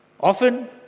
often